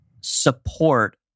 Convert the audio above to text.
support